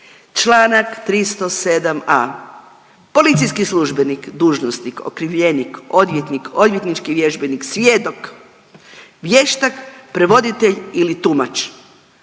članak 307a. Policijski službenik, dužnosnik, okrivljeni, odvjetnik, odvjetnički vježbenik, svjedok, vještak, prevoditelj ili tumač